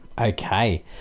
Okay